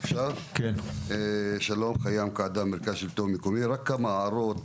שלום, רק כמה הערות.